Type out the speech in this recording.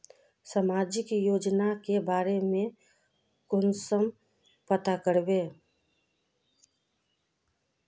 सामाजिक योजना के बारे में कुंसम पता करबे?